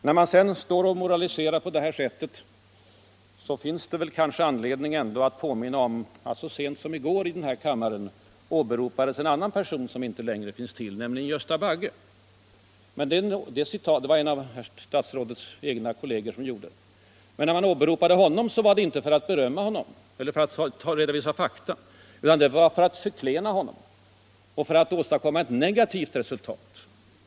När man moraliserar på det sätt som statsministern gjort finns det anledning att påminna om att så sent som i går åberopades i den här kammaren en annan person, som inte längre finns i livet, nämligen Gösta Bagge. Det var en av statsrådets egna kollegor som gjorde detta. Men då man åberopade Bagge var det inte för att berömma honom eller för att redovisa fakta, utan för att förklena honom och för att åstadkomma ett negativt intryck.